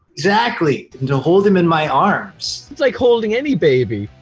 exactly. and to hold him in my arms. it's like holding any baby.